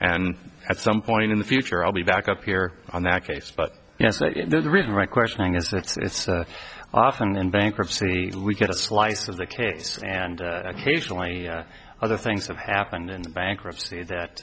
and at some point in the future i'll be back up here on that case but yes there's a reason right questioning it's often in bankruptcy leave get a slice of the case and occasionally other things have happened in the bankruptcy that